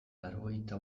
laurogeita